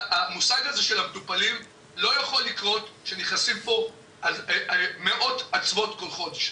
המושג הזה של המטופלים לא יכול לקרות כשנכנסים לפה מאות אצוות כל חודש,